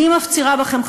אני מפצירה בכם,